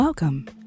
Welcome